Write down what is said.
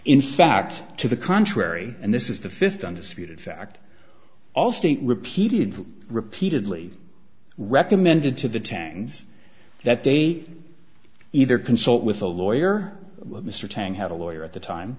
in fact to the contrary and this is the fifth undisputed fact allstate repeatedly repeatedly recommended to the tangs that they either consult with a lawyer mr tang had a lawyer at the time